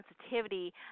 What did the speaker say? sensitivity